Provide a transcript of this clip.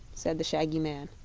said the shaggy man.